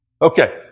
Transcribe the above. Okay